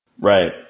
Right